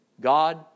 God